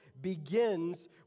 begins